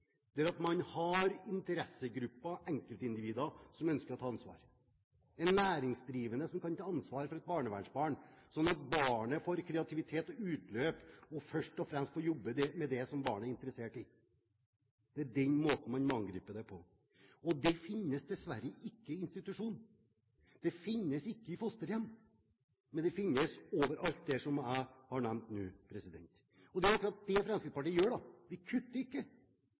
1998 og 1999. Man har interessegrupper, enkeltindivider som ønsker å ta ansvar, en næringsdrivende som kan ta ansvar for et barnevernsbarn, slik at barnet får utløp for kreativitet og først og fremst få jobbe med det som barnet er interessert i. Det er den måten man må angripe det på. Det finnes dessverre ikke i institusjon. Det finnes ikke i fosterhjem, men det finnes overalt der som jeg har nevnt nå. Det er akkurat det Fremskrittspartiet gjør: Vi kutter ikke,